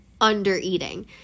under-eating